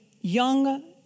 young